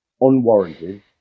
unwarranted